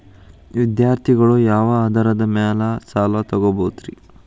ವಿದ್ಯಾರ್ಥಿಗಳು ಯಾವ ಆಧಾರದ ಮ್ಯಾಲ ಸಾಲ ತಗೋಬೋದ್ರಿ?